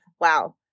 wow